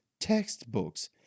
textbooks